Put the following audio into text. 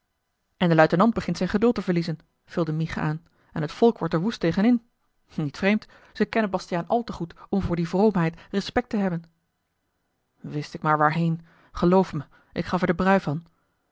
en de luitenant begint zijn geduld te verliezen vulde mich aan en t volk wordt er woest tegen in niet vreemd ze kennen bastiaan al te goed om voor die vroomheid respect te hebben wist ik maar waarheen geloof me ik gaf er den brui van